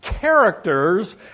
characters